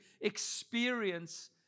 experience